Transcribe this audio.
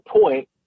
point